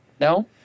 No